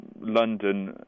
London